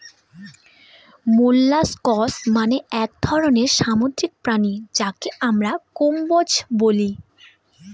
molluscs মানে এক ধরনের সামুদ্রিক প্রাণী যাকে আমরা কম্বোজ বলি